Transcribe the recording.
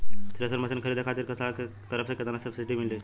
Thresher machine खरीदे खातिर सरकार के तरफ से केतना सब्सीडी मिली?